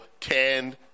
ten